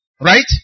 right